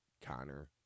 Connor